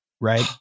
right